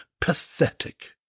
Pathetic